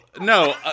no